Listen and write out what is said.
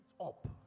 up